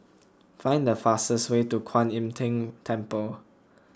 find the fastest way to Kwan Im Tng Temple